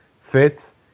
fits